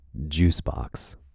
Juicebox